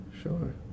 Sure